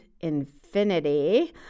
Infinity